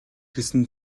гэсэн